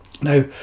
Now